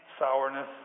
sourness